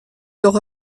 doch